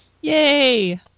Yay